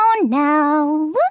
now